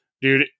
Dude